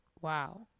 Wow